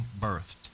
birthed